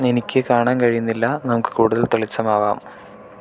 എനിക്ക് കാണാൻ കഴിയുന്നില്ല നമുക്ക് കൂടുതൽ തെളിച്ചമാവാം